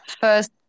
First